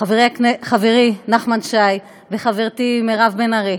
חברי נחמן שי וחברתי מירב בן ארי,